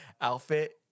outfit